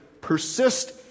persist